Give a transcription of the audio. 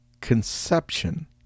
conception